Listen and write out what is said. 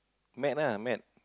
mad ah mad